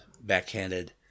backhanded